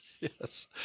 yes